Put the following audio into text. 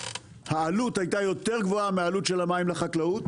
העלות היתה יותר גבוהה מהעלות של המים לחקלאות,